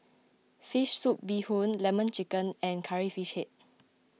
Fish Soup Bee Hoon Lemon Chicken and Curry Fish Head